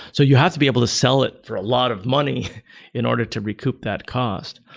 so you have to be able to sell it for a lot of money in order to recoup that cost.